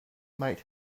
might